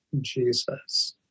Jesus